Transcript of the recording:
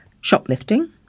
shoplifting